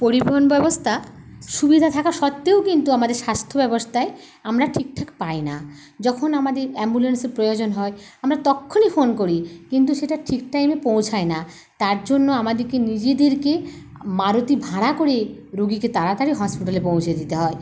পরিবহন ব্যবস্থা সুবিধা থাকা সত্ত্বেও কিন্তু আমাদের স্বাস্থ্য ব্যবস্থায় আমরা ঠিক ঠাক পাই না যখন আমাদের অ্যাম্বুলেন্সের প্রয়োজন হয় আমরা তক্ষুনি ফোন করি কিন্তু সেটা ঠিক টাইমে পৌঁছায় না তার জন্য আমাদেরকে নিজেদেরকে মারুতি ভাড়া করে রুগীকে তাড়াতাড়ি হসপিটালে পৌঁছে দিতে হয়